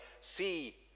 see